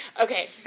okay